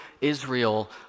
Israel